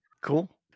Cool